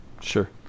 Sure